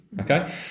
Okay